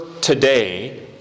today